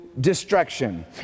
destruction